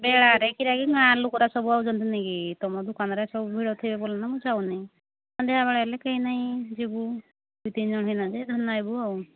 ବେଳାରେ କିରାକି ଗାଁ ଲୋକଗୁଡ଼ା ସବୁ ଆସୁଛନ୍ତି ନାଇଁକି ତୁମ ଦୋକାନରେ ସବୁ ଭିଡ଼ଥିବେ ବୋଲିନ ମୁଁ ଯାଉନି ସନ୍ଧ୍ୟାବେଳେ ହେଲେ କେହି ନାହିଁ ଯିବୁ ଦୁଇ ତିନିଜଣ ହେଇଲା ଯେ ଧରି ଆଇବୁ ଆଉ